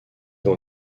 dans